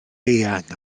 eang